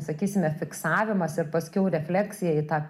sakysime fiksavimas ir paskiau refleksija į tą